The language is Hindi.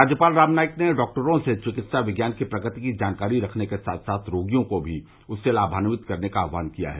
राज्यपाल राम नाईक ने डॉक्टरों से चिकित्सा विज्ञान की प्रगति की जानकारी रखने के साथ साथ रोगियों को भी उससे लामान्वित करने का आह्वान किया है